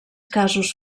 casos